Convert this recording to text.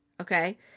okay